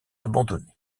abandonné